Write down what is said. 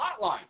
hotline